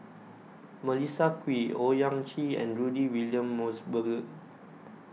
Melissa Kwee Owyang Chi and Rudy William Mosbergen